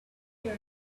meal